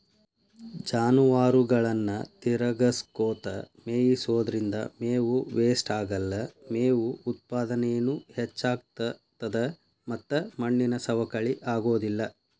ಜಾನುವಾರುಗಳನ್ನ ತಿರಗಸ್ಕೊತ ಮೇಯಿಸೋದ್ರಿಂದ ಮೇವು ವೇಷ್ಟಾಗಲ್ಲ, ಮೇವು ಉತ್ಪಾದನೇನು ಹೆಚ್ಚಾಗ್ತತದ ಮತ್ತ ಮಣ್ಣಿನ ಸವಕಳಿ ಆಗೋದಿಲ್ಲ